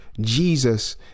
Jesus